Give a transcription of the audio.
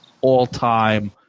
all-time